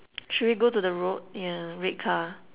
should we go to the road yeah red car